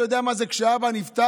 אתה יודע מה זה שכשאבא נפטר,